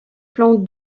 plan